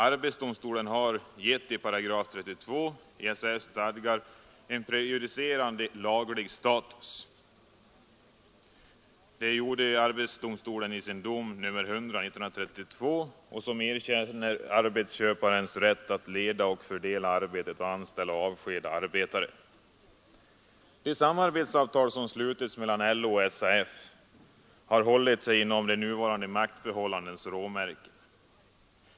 Arbetsdomstolen har gett § 32 i SAF:s stadgar prejudicerande laglig status. Det skedde i arbetsdomstolens dom nr 100 år 1932 som erkänner arbetsköparnas rätt att leda och fördela arbetet och anställa och avskeda arbetare. De ”samarbetsavtal” som slutits mellan LO och SAF har hållit sig inom de nuvarande maktförhållandenas råmärken.